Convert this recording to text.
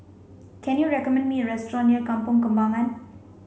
can you recommend me a restaurant near Kampong Kembangan